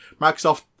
Microsoft